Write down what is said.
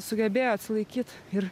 sugebėjo atsilaikyt ir